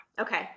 Okay